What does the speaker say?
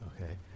okay